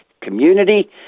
community